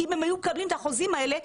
כי אם הם היו מקבלים את החוזים האלה,